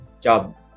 job